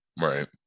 right